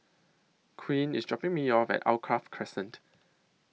Quinn IS dropping Me off At Alkaff Crescent